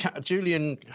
Julian